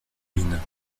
mine